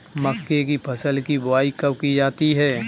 मक्के की फसल की बुआई कब की जाती है?